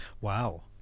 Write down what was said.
Wow